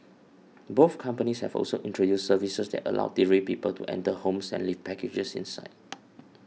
both companies have also introduced services that allow delivery people to enter homes and leave packages inside